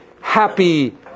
happy